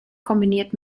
kombiniert